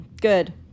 good